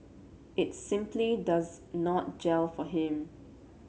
it's simply does not gel for him